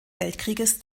weltkrieges